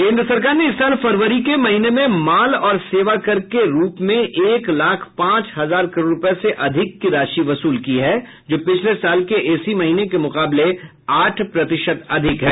केन्द्र सरकार ने इस साल फरवरी के महीने में माल और सेवा कर के रूप में एक लाख पांच हजार करोड रूपये से अधिक की राशि वसूल की है जो पिछले साल के इसी महीने के मुकाबले आठ प्रतिशत अधिक है